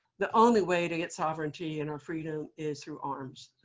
the only way to get sovereignty and our freedom is through arms.